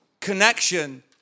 connection